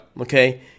Okay